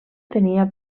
tenia